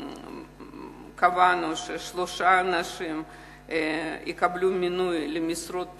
קבענו ששלושה אנשים יקבלו מינוי למשרות בכירות,